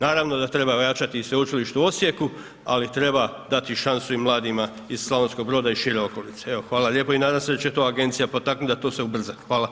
Naravno da treba ojačati i Sveučilište u Osijeku ali treba dati i šansu i mladim iz Slavonskog Broda i šire okolice, evo hvala lijepo i nadam će to agencija potaknut da to se ubrza.